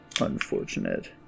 Unfortunate